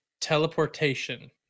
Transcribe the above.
teleportation